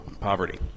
poverty